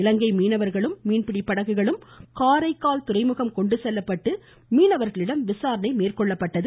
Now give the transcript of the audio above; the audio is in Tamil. இலங்கை மீனவர்களும் மீன்பிடி படகுகளும் காரைக்கால் துறைமுகம் கொண்டுசெல்லப்பட்டு மீனவர்களிடம் விசாரணை மேற்கொள்ளப்பட்டது